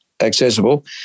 accessible